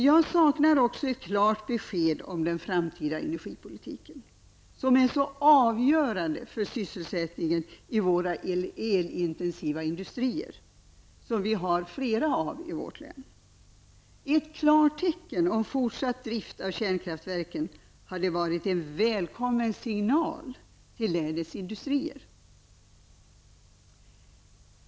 Jag saknar också ett klart besked om den framtida energipolitiken, som är så avgörande för sysselsättningen i våra elintensiva industrier, som vi har flera av i vårt län. Ett klartecken för fortsatt drift av kärnkraftsverken hade varit en välkommen signal till länets industrier.